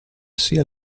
sia